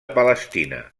palestina